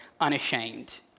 unashamed